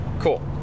cool